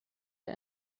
der